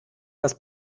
das